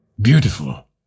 Beautiful